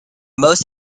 most